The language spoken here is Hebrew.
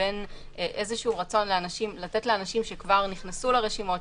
בין רצון לתת לאנשים שכבר נכנסו לרשימות,